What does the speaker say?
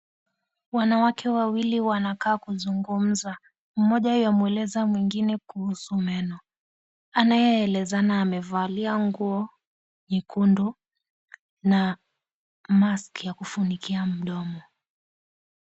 Wanawake wawili wanakaa kuzungumza, mmoja ywamueleza mwengine kuhusu meno. Anayeelezana amevalia nguo nyekundu na maski ya kufunika mdomo.